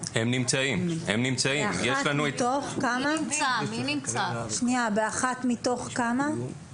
האם עם יידרשו לכתוב שהילד צריך שימוש באטמי אוזניים או טיוטה במחברת?